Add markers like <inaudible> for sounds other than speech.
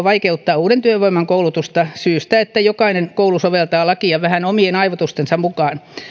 <unintelligible> vaikeuttaa uuden työvoiman koulutusta syystä että jokainen koulu soveltaa lakia vähän omien aivoitustensa mukaan